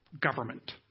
government